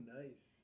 nice